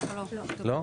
לא,